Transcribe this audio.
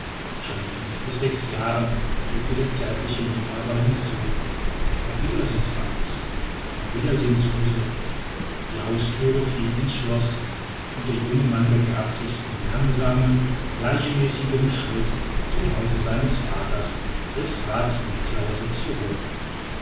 schon in fünf bis sechs jahren fügte der zärtliche liebhaber hinzu auf wiedersehen frantz auf wiedersehen suzel die hausthüre fiel in's schloß und der junge mann begab sich in langsamem gleichmäßigem schritt zum hause seines vaters des raths niklausse zurück